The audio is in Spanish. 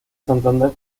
santander